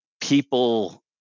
people